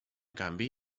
canvi